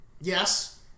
Yes